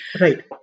Right